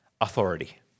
authority